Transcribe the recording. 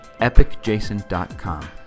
epicjason.com